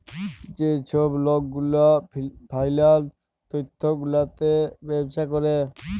যে ছব লক গুলা ফিল্যাল্স তথ্য গুলাতে ব্যবছা ক্যরে